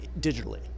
digitally